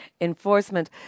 enforcement